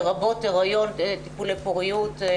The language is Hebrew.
לרבות היריון וטיפולי פוריות.